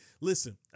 Listen